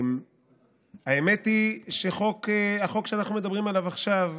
האמת היא שהחוק שאנחנו מדברים עליו עכשיו,